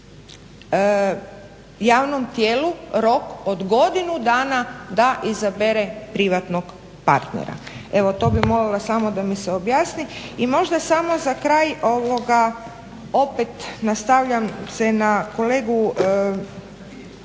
javnom tijelu rok od godinu dana da izabere privatnog partnera. Evo to bih molila samo da mi se objasni. I možda samo za kraj opet se nastavljam na kolegu